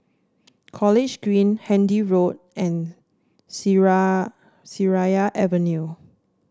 College Green Handy Road and Seraya Avenue